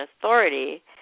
authority